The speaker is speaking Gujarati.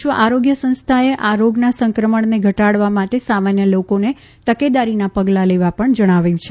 વિશ્વ આરોગ્ય સંસ્થાએ આ રોગના સંક્રમણને ઘટાડવા માટે સામાન્ય લોકોને તકેદારીના પગલાં લેવા જણાવ્યું છે